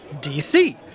DC